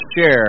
share